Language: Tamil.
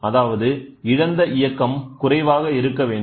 அதாவது இழந்த இயக்கம் குறைவாக இருக்கவேண்டும்